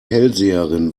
hellseherin